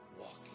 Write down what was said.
walking